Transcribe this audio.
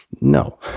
no